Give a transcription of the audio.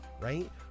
right